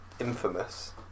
Infamous